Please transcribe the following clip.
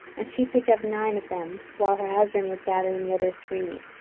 and she picked up nine of them, while her husband was gathering the other three.